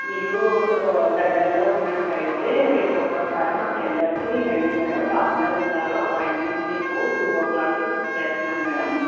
మీరు దగ్గరలో ఉన్నట్టు అయితే రేపు ఒక్క సారి మా సెంటర్కి రండి మేడం డాక్టరు ఉంటారు ఆపాయింట్మెంట్ మీకు టూ ఓ క్లోక్కి ఫిక్స్ చేస్తున్నాను మేడం